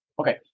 Okay